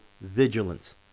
vigilance